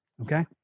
Okay